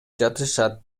жатышат